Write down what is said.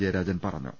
ജയരാജൻ പറഞ്ഞു